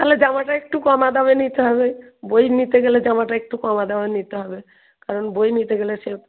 তাহলে জামাটা একটু কম দামে নিতে হবে বই নিতে গেলে জামাটা একটু কম দামে নিতে হবে কারণ বই নিতে গেলে সে